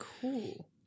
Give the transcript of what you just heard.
Cool